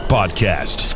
Podcast